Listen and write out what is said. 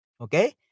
Okay